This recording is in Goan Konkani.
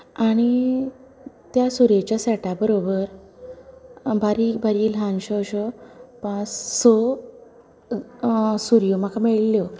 आनी त्या सुरयेच्या सेटा बरोबर बारीक बारीक ल्हानश्यो अश्यो पांच स सुरयो म्हाका मेळिल्ल्यो